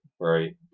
Right